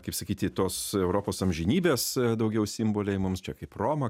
kaip sakyti tos europos amžinybės daugiau simboliai mums čia kaip roma